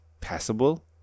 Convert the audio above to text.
passable